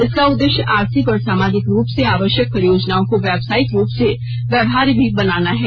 इसका उद्देश्य आर्थिक और सामाजिक रूप से आवश्यक परियोजनाओं को व्यावसायिक रूप से व्यवहार्य भी बनाना है